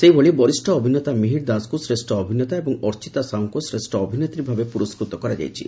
ସେହିଭଳି ବରିଷ ଅଭିନେତା ମିହିର ଦାସଙ୍ଙୁ ଶ୍ରେଷ ଅଭିନେତା ଏବଂ ଅର୍ଚ୍ଚିତା ସାହୁଙ୍କୁ ଶ୍ରେଷ ଅଭିନେତ୍ରୀ ଭାବେ ପୁରସ୍କୃତ କରାଯାଇଛି